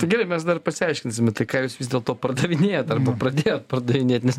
tai gerai mes dar pasiaiškinsim tai ką jūs vis dėlto pardavinėjat arba pradėjot pardavinėt nes